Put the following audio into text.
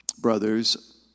Brothers